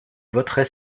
voterai